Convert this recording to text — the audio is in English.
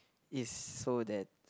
is so that